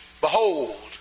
Behold